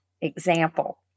Example